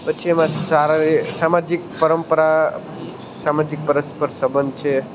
પછી એમાં સારી સામાજિક પરંપરા સામાજિક પરસ્પર સબંધ છે